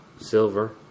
Silver